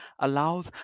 allows